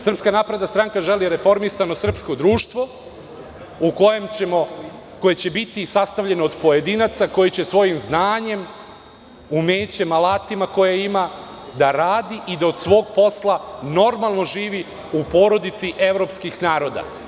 Srpska napredna stranka želi reformisano srpsko društvo koje će biti sastavljeno od pojedinaca, koji će svojim znanjem, umećem, alatima koje ima, da radi i da od svog posla normalno živi u porodici evropskih naroda.